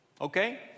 Okay